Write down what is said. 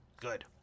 Good